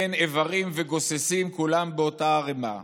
בין איברים וגוססים, כולם באותה ערמה.